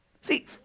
See